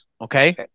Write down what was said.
Okay